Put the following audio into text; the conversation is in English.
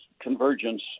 convergence